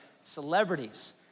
celebrities